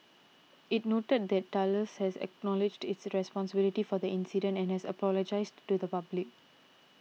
it noted that Thales has acknowledged its responsibility for the incident and it has apologised to the public